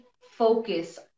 focus